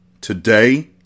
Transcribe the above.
Today